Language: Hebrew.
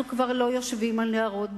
אנחנו כבר לא יושבים על נהרות בבל,